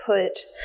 put